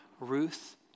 Ruth